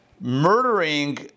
murdering